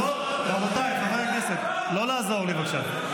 רבותיי חברי הכנסת, לא לעזור לי, בבקשה.